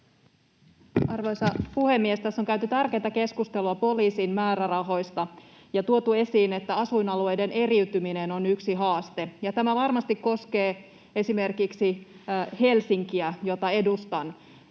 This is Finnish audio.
Arvoisa puhemies! Tässä on käyty tärkeätä keskustelua poliisin määrärahoista ja tuotu esiin, että asuinalueiden eriytyminen on yksi haaste, ja tämä varmasti koskee esimerkiksi Helsinkiä, jota edustan.